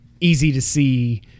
easy-to-see